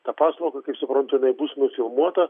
tą paslaugą kaip suprantu jinai bus nufilmuota